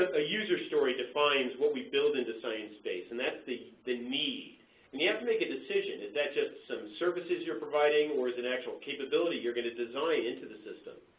a user story defines what we build into sciencebase and that's the the need. and you have to make a decision, is that just some services you're providing or is it an actual capability you're going to design into the system.